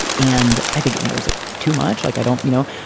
and i think it narrows it too much. like, i don't you know,